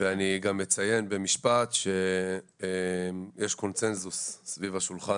אני גם אציין במשפט שיש קונצנזוס סביב השולחן